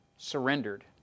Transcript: Surrendered